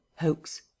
Hoax